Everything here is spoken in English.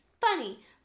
Funny